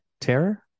Terror